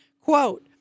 Quote